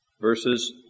Verses